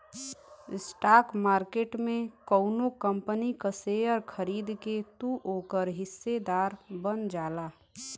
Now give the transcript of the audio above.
stock market में कउनो company क शेयर खरीद के तू ओकर हिस्सेदार बन जाला